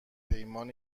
پیمان